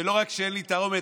ולא רק שאין תרעומת,